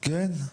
כן.